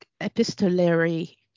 epistolary